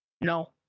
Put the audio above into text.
no